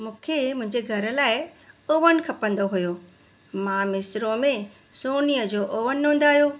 मूंखे मुंहिंजे घरु लाइ ओवन खपंदो हुओ मां मिस्रो में सोनीअ जो ओवन उंधायो